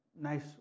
nice